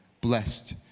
blessed